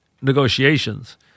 negotiations